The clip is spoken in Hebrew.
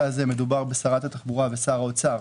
הזה מדובר בשרת התחבורה ובשר האוצר